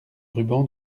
ruban